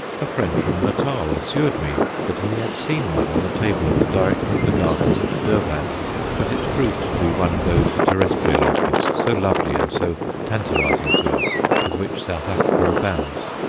a friend from natal assured me that he had seen one on the table of the director of the gardens at durban but it proved to be one of those terrestrial orchids, so lovely and so tantalizing to us, with which south africa abounds.